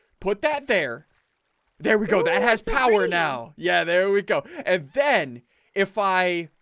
put that there there we go that has power now. yeah, there we go and then if i